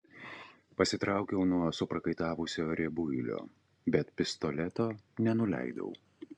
pasitraukiau nuo suprakaitavusio riebuilio bet pistoleto nenuleidau